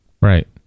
right